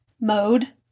mode